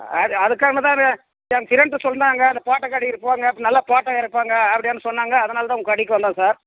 அது அதுக்காக தான் என் பிரெண்டு சொன்னாங்க இந்த போட்டா கடைக்கிப் போங்க நல்லா போட்டா எடுப்பாங்க அப்படின்னு சொன்னாங்க அதனால் தான் உங்கள் கடைக்கு வந்தோம் சார்